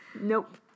Nope